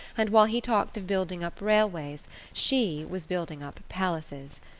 and while he talked of building up railways she was building up palaces,